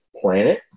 planet